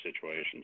situations